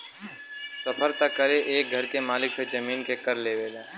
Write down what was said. सरकार त हरे एक घर के मालिक से जमीन के कर लेवला